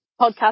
podcast